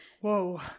whoa